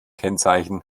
kennzeichen